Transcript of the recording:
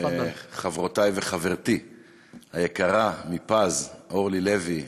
חברותי וחברתי היקרה מפז אורלי לוי,